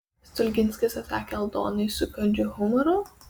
stulginskis atsakė aldonai su kandžiu humoru